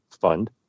fund